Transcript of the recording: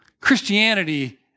Christianity